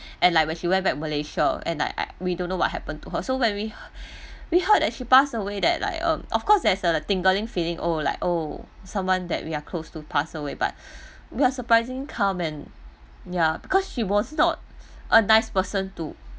and like when she went back to malaysia and like I we don't know what happen to her so when we we heard that she passed away that like um of cause there's a the tingling feeling oh like oh someone that we are close to pass away but we are surprising calm and ya because she was not a nice person to